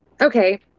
okay